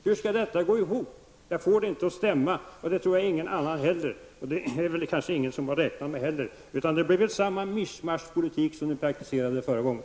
Hur skall det gå ihop? Jag får det inte att stämma, och det tror jag ingen annan heller får -- och det är kanske ingen som har räknat med det. Det blir väl samma mischmasch-politik som ni praktiserade förra gången.